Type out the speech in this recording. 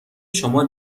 شما